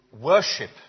worship